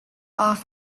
off